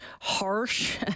harsh